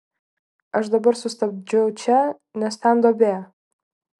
aš dabar sustabdžiau čia nes ten duobė